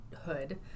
Hood